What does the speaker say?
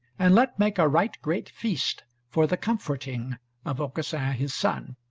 and let make a right great feast, for the comforting of aucassin his son.